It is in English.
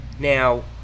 Now